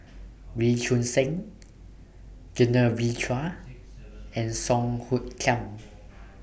Wee Choon Seng Genevieve Chua and Song Hoot Kiam